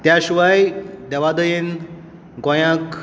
त्या शिवाय देवा दयेन गोंयाक